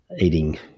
eating